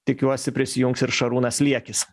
tikiuosi prisijungs ir šarūnas liekis